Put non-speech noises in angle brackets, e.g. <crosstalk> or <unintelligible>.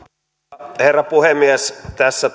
arvoisa herra puhemies tässä <unintelligible>